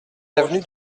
avenue